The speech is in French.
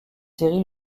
série